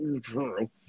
True